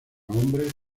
hombres